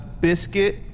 biscuit